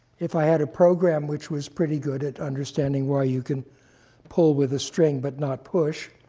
if i had a program, which was pretty good at understanding why you can pull with a string but not push,